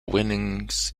winnings